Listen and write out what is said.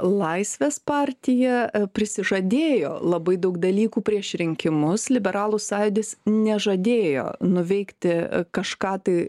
laisvės partija prisižadėjo labai daug dalykų prieš rinkimus liberalų sąjūdis nežadėjo nuveikti kažką tai